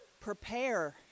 Prepare